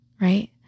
right